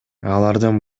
алардын